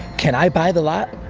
can i buy the lot?